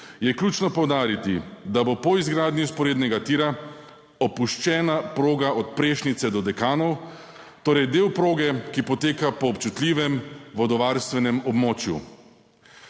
je ključno poudariti, da bo po izgradnji vzporednega tira opuščena proga od Prešnice do Dekanov, torej del proge, ki poteka po občutljivem vodovarstvenem območju.